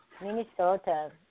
Minnesota